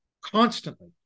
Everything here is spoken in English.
constantly